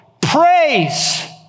praise